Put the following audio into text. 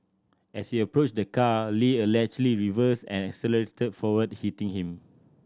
as he approached the car Lee allegedly reversed and accelerated forward hitting him